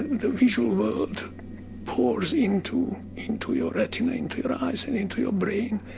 the visual world pours into into your retina, into your eyes and into your brain,